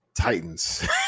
Titans